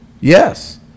Yes